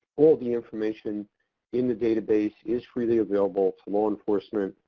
all the information in the database is freely available to law enforcement,